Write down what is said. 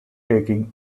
taking